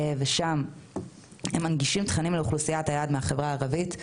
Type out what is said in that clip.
שם הם מנגישים תכנים לאוכלוסיית היעד מהחברה הערבית,